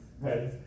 Right